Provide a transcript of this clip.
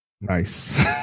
nice